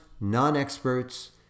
non-experts